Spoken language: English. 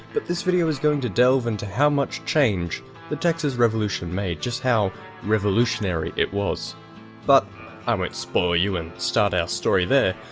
but this video is going to delve into how much change the texas revolution made, just how revolutionary it was but i won't spoil you and start our story there.